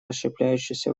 расщепляющегося